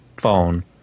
phone